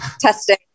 testing